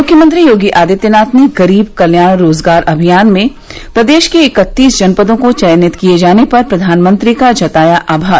मुख्यमंत्री योगी आदित्यनाथ ने गरीब कल्याण रोजगार अभियान में प्रदेश के इकत्तीस जनपदों को चयनित किये जाने पर प्रधानमंत्री का जताया आभार